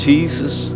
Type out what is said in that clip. Jesus